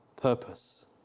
purpose